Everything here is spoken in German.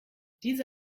diese